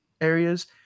areas